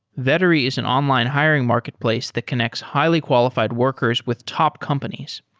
vettery is an online hiring marketplace that connects highly qualified workers with top companies.